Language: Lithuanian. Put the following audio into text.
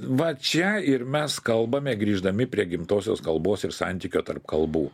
va čia ir mes kalbame grįždami prie gimtosios kalbos ir santykio tarp kalbų